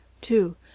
two